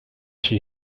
she